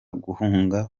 guhunga